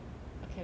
academics